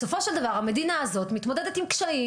בסופו של דבר המדינה הזאת מתמודדת עם קשיים,